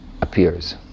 appears